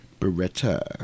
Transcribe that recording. Beretta